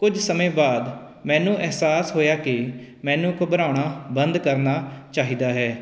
ਕੁਝ ਸਮੇਂ ਬਾਅਦ ਮੈਨੂੰ ਅਹਿਸਾਸ ਹੋਇਆ ਕਿ ਮੈਨੂੰ ਘਬਰਾਉਣਾ ਬੰਦ ਕਰਨਾ ਚਾਹੀਦਾ ਹੈ